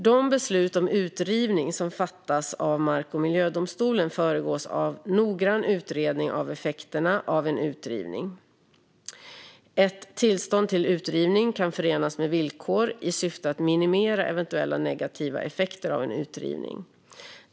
De beslut om utrivning som fattas av mark och miljödomstolen föregås av noggrann utredning av effekterna av en utrivning. Ett tillstånd till utrivning kan förenas med villkor i syfte att minimera eventuella negativa effekter av en utrivning.